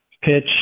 pitch